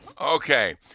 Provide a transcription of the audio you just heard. Okay